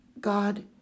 God